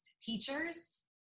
teachers